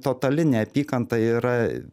totali neapykanta yra